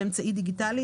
באמצעי דיגיטלי,